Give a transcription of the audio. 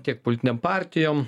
tiek politinėm partijom